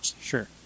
Sure